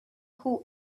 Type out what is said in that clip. who